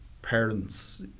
parents